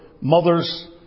mothers